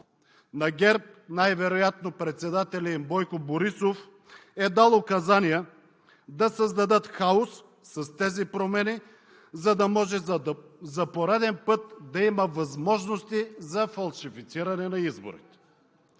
на ГЕРБ най-вероятно председателят им Бойко Борисов е дал указания да създадат хаос с тези промени, за да може за пореден път да има възможности за фалшифициране на изборите.